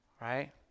right